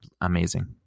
amazing